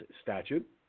statute